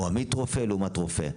או עמית רופא לעומת רופא.